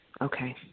Okay